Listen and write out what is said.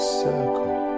circle